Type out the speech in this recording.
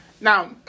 Now